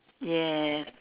yes